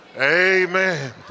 Amen